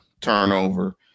turnover